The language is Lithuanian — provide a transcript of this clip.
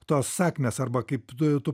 tos sakmės arba kaip tu tu